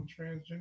transgender